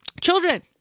children